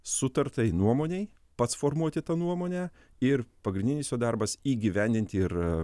sutartai nuomonei pats formuoti tą nuomonę ir pagrindinis jo darbas įgyvendinti ir